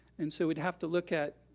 and so we'd have to look at